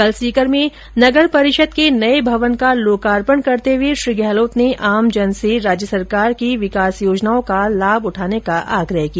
कल सीकर में नगर परिषद के नए भवन का लोकार्पण करते हुए श्री गहलोत ने आमजन से राज्य सरकार की विकास योजनाओं का लाभ उठाने का आग्रह किया